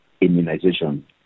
immunization